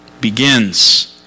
begins